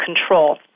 control